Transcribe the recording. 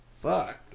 fuck